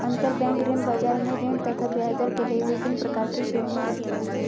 अंतरबैंक ऋण बाजार में ऋण तथा ब्याजदर के लिए विभिन्न प्रकार की श्रेणियां होती है